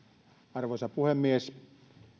arvoisa puhemies